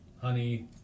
Honey